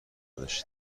داشت